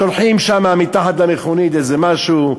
שולחים שם מתחת למכונית איזה משהו,